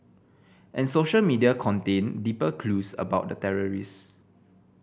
and social media contained deeper clues about the terrorists